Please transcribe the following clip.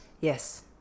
Yes